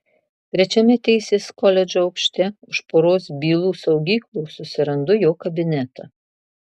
trečiame teisės koledžo aukšte už poros bylų saugyklų susirandu jo kabinetą